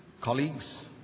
colleagues